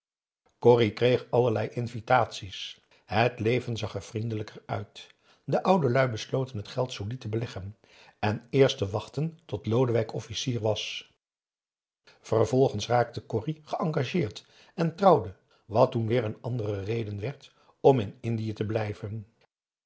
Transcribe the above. corrie kreeg allerlei invitatie's het leven zag er vriendelijker uit de oude lui besloten het geld solied te beleggen en eerst te wachten tot lodewijk officier was vervolgens raakte corrie geëngageerd en trouwde wat toen weer een andere reden werd om in indië te blijven